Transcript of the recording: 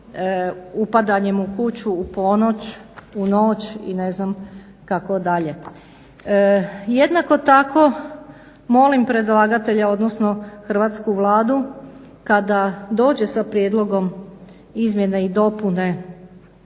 upadanjem u kuću u ponoć, u noć i ne znam kako dalje. Jednako tako molim predlagatelja odnosno hrvatsku Vladu kada dođe sa prijedlogom izmjene i dopune